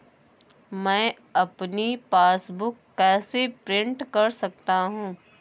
मैं अपनी पासबुक कैसे प्रिंट कर सकता हूँ?